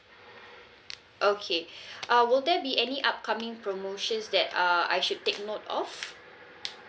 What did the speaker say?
okay uh will there be any upcoming promotions that uh I should take note of